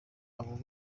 abo